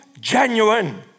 genuine